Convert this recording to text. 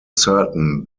certain